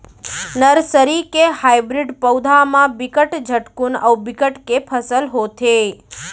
nursery के hybrid पउधा म बिकट झटकुन अउ बिकट के फसल होथे